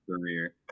career